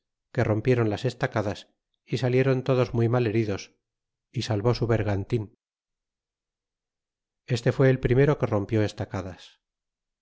que rompieron las estacadas y salieron todos muy mal heridos y salvó su bergantin este fué el primero que rompió estacadas